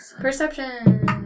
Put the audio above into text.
Perception